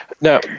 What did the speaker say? Now